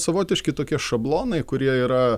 savotiški tokie šablonai kurie yra